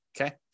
okay